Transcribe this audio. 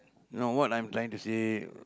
no what I'm trying to say